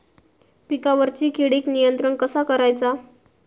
पिकावरची किडीक नियंत्रण कसा करायचा?